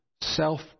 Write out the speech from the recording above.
Self